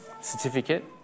certificate